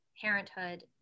parenthood